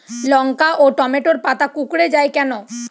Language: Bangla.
লঙ্কা ও টমেটোর পাতা কুঁকড়ে য়ায় কেন?